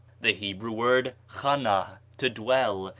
the hebrew word chanah, to dwell,